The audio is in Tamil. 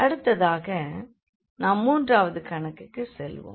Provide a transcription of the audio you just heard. அடுத்ததாக நாம் மூன்றாவது கணக்குக்குச் செல்வோம்